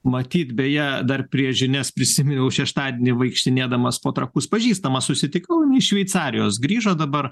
matyt beje dar prieš žinias prisiminiau šeštadienį vaikštinėdamas po trakus pažįstamą susitikau iš šveicarijos grįžo dabar